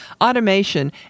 automation